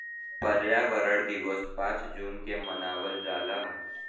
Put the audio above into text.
पर्यावरण दिवस पाँच जून के मनावल जाला